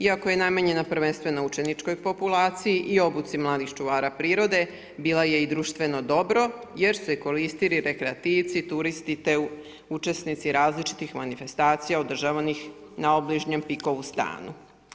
Iako je namenjena prvenstveno učeničkoj populaciji i obuci mladih čuvara prirode bila je i društveno dobro jer su je koristili rekreativci, turisti, te učesnici različitih manifestacija održavanih na obližnjem Pikovu stanu.